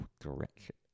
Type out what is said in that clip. direction